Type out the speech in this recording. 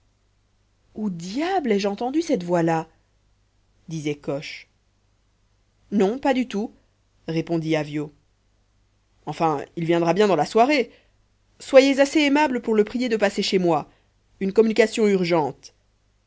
où diable ai-je entendu cette voix là disait coche non pas du tout répondit avyot enfin il viendra bien dans la soirée soyez assez aimable pour le prier de passer chez moi une communication urgente